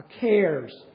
cares